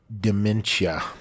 dementia